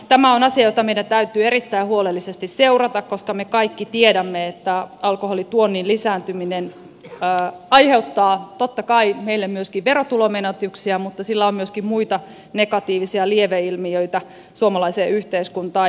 tämä on asia jota meidän täytyy erittäin huolellisesti seurata koska me kaikki tiedämme että alkoholituonnin lisääntyminen aiheuttaa totta kai meille myöskin verotulomenetyksiä mutta sillä on myöskin muita negatiivisia lieveilmiöitä suomalaiseen yhteiskuntaan